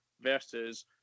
versus